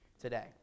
today